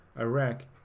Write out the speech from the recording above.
Iraq